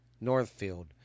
Northfield